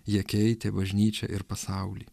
jie keitė bažnyčią ir pasaulį